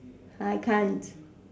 I can't